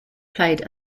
played